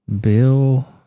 Bill